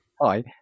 hi